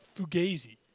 fugazi